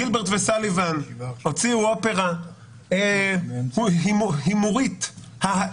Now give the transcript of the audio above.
גילברט וסאליבן הוציאו אופרה הומורית -- הומור.